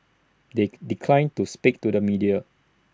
they declined to speak to the media